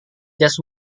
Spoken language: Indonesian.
jas